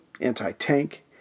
anti-tank